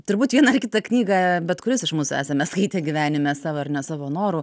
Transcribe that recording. turbūt vieną ar kitą knygą bet kuris iš mūsų esame skaitę gyvenime savo ar ne savo noru